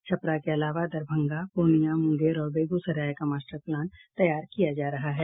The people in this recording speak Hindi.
छपरा के अलावा दरभंगा पुर्णियां मुंगेर और बेगूसराय का मास्टर प्लान तैयार किया जा रहा है